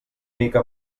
mica